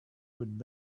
would